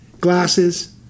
glasses